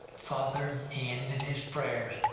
father. he ended his prayers,